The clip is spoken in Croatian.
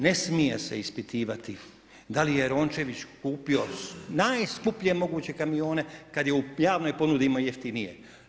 Ne smije se ispitivati, da li je Rončević kupio najskuplje moguće kamione, kada je u javnoj ponudi imao jeftinije.